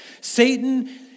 Satan